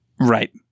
Right